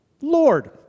Lord